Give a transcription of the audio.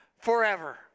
forever